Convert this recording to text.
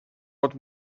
what